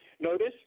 notice